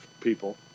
people